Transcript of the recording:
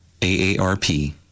AARP